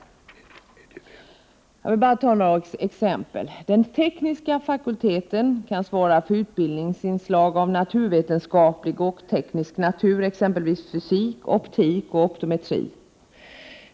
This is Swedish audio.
24 maj 1989 Jag kan ge några exempel. Den tekniska fakulteten kan svara för utbildningsinslag av naturvetenskaplig och teknisk natur, t.ex. fysik, optik och optometri.